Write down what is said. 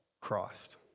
Christ